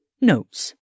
Notes